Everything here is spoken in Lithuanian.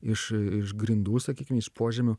iš a iš grindų sakykim iš požemių